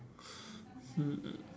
hmm